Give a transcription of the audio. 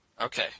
Okay